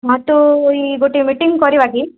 ନା ତ ଏଇ ଗୋଟିଏ ମିଟିଂ କରିବା କି